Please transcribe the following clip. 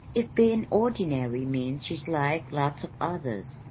if bein' ordinary means she's like lots of others.